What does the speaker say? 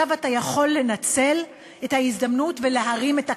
עכשיו אתה יכול לנצל את ההזדמנות ולהרים את הכפפה.